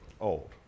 old